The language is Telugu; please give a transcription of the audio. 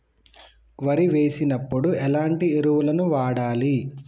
వరి వేసినప్పుడు ఎలాంటి ఎరువులను వాడాలి?